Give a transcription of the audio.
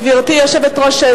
גברתי היושבת-ראש,